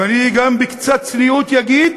ואני בקצת צניעות אגיד: